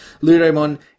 Ludomon